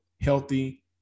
healthy